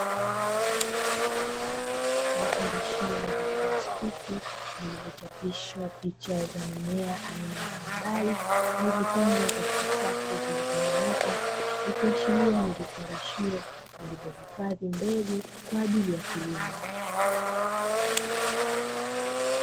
Vifungashio vya plastiki vilivyochapishwa picha za mimea aina mbalimbali vilivyopangwa katika safu zilizonyooka, ikiashiria ni vifungashio vilivyohifadhi mbegu kwa ajili ya kilimo.